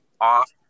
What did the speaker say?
off